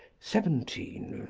seventeen.